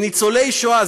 מניצולי שואה.